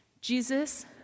Jesus